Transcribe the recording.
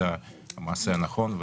זה המעשה הנכון,